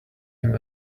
him